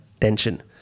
tension